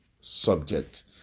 subject